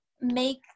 make